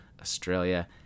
Australia